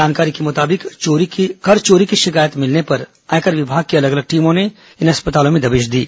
जानकारी के मुताबिक कर चोरी की शिकायत मिलने पर आयकर विभाग की अलग अलग टीमों ने इन अस्पतालों में दबिश दी